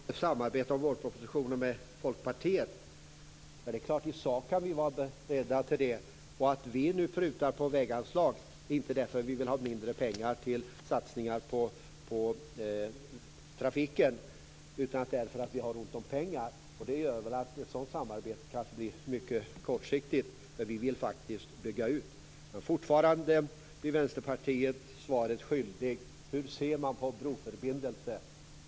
Fru talman! Miljöpartiet ser fram emot ett samarbete om vårpropositionen med Folkpartiet. Det är klart att vi kan vara beredda till det i sak. Att vi nu prutar på väganslagen beror inte på att vi vill ha mindre pengar till satsningar på trafiken, utan på att vi har ont om pengar. Det gör att ett sådant samarbete blir mycket kortsiktigt. Vi vill faktiskt bygga ut. Fortfarande blir man i Vänsterpartiet svaret skyldig. Hur ser man på broförbindelse?